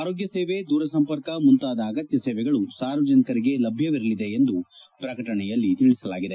ಆರೋಗ್ನ ಸೇವೆ ದೂರ ಸಂಪರ್ಕ ಮುಂತಾದ ಅಗತ್ನ ಸೇವೆಗಳು ಸಾರ್ವಜನಿಕರಿಗೆ ಲಭ್ಞವಿರಲಿದೆ ಎಂದು ಪ್ರಕಟಣೆಯಲ್ಲಿ ತಿಳಿಸಲಾಗಿದೆ